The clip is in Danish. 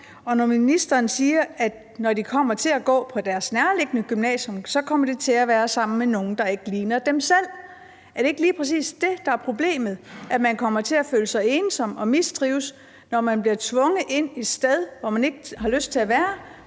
om. Når ministeren siger, at når de kommer til at gå på et nærliggende gymnasium, kommer de til at være sammen med nogen, der ikke ligner dem selv, så spørger jeg: Er det ikke lige præcis det, der er problemet: at man kommer til at føle sig ensom og mistrives, når man bliver tvunget ind et sted, hvor man ikke har lyst til at være,